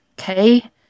okay